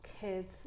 kids